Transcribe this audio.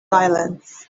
silence